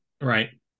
Right